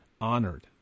honored